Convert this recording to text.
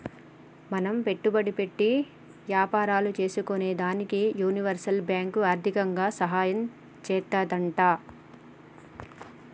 మనం పెట్టుబడి పెట్టి యాపారాలు సేసుకునేదానికి యూనివర్సల్ బాంకు ఆర్దికంగా సాయం చేత్తాదంట